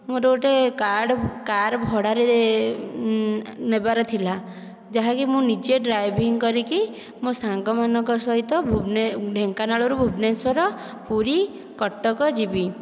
ମୋର ଗୋଟିଏ କାର ଭଡ଼ାରେ ନେବାର ଥିଲା ଯାହାକି ମୁଁ ନିଜେ ଡ୍ରାଇଭିଙ୍ଗ କରିକି ମୋ ସାଙ୍ଗ ମାନଙ୍କ ସହିତ ଢେଙ୍କାନାଳରୁ ଭୁବନେଶ୍ୱର ପୁରୀ କଟକ ଯିବି